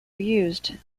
used